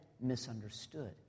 misunderstood